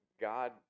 God